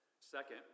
Second